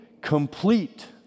complete